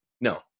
no